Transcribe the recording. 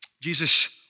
Jesus